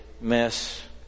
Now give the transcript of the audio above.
mess